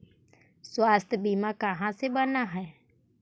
स्वास्थ्य बीमा कहा से बना है?